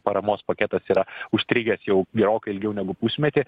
paramos paketas yra užstrigęs jau gerokai ilgiau negu pusmetį